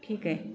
ठीक आहे